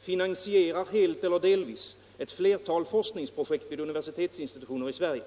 finansierar helt eller delvis ett flertal forskningsprojekt vid universitetsinstitutioner i Sverige.